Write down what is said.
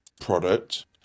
product